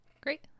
Great